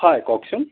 হয় কওকচোন